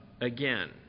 again